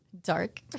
dark